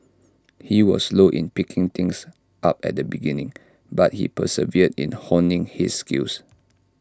he was slow in picking things up at the beginning but he persevered in honing his skills